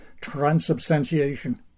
transubstantiation